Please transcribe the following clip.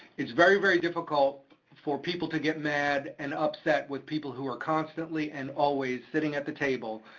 it's very, very difficult for people to get mad and upset with people who are constantly and always sitting at the table,